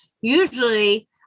usually